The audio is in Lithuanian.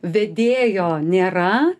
vedėjo nėra